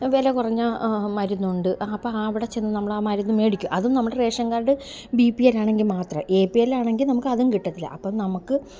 വിലകുറഞ്ഞ മരുന്നുണ്ട് അപ്പോള് ആ അവിടെ ചെന്ന് നമ്മളാ മരുന്ന് മേടിക്കും അതും നമ്മുടെ റേഷൻ കാർഡ് ബി പി എല്ലാണെങ്കില് മാത്രം എ പി എല്ലാണെങ്കില് നമ്മള്ക്കതും കിട്ടത്തില്ല അപ്പോള് നമുക്ക്